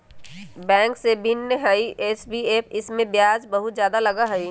Bank से भिन्न हई एन.बी.एफ.सी इमे ब्याज बहुत ज्यादा लगहई?